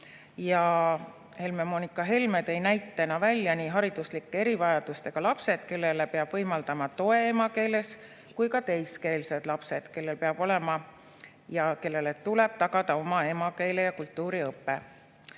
Helle-Moonika Helme tõi näitena välja nii hariduslike erivajadustega lapsed, kellele peab võimaldama toe emakeeles, kui ka teiskeelsed lapsed, kellele tuleb tagada oma emakeele ja kultuuri õpe.